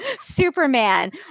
Superman